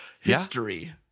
history